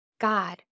God